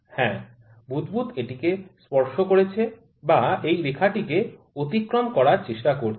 হ্যাঁ বুদ্বুদ এটিকে স্পর্শ করেছে বা এই রেখাটিকে অতিক্রম করার চেষ্টা করছে